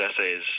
essays